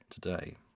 today